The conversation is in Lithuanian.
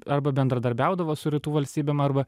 arba bendradarbiaudavo su rytų valstybėm arba